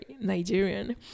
Nigerian